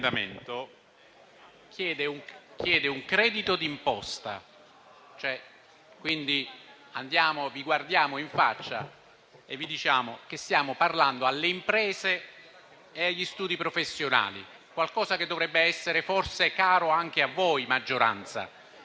Presidente, questo emendamento riguarda il credito d'imposta, quindi vi guardiamo in faccia e vi diciamo che stiamo parlando alle imprese e agli studi professionali, qualcosa che dovrebbe essere forse caro anche a voi della maggioranza.